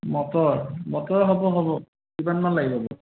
motor মটৰ হ'ব হ'ব কিমানমান লাগিব বাৰু